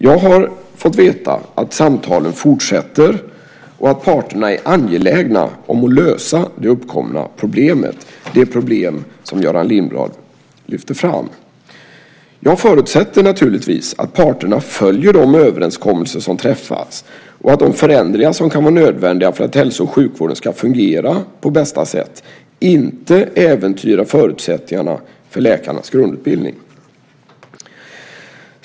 Jag har fått veta att samtalen fortsätter och att parterna är angelägna om att lösa det uppkomna problemet, det problem som Göran Lindblad lyfter fram. Jag förutsätter naturligtvis att parterna följer de överenskommelser som träffats och att de förändringar som kan vara nödvändiga för att hälso och sjukvården ska fungera på bästa sätt inte äventyrar förutsättningarna för läkarnas grundutbildning.